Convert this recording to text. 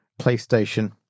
PlayStation